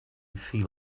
feel